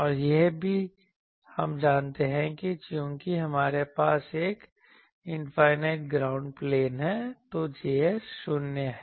और यह भी हम जानते हैं कि चूंकि हमारे पास एक इनफाइनाइट ग्राउंड प्लेन है तो Js 0 है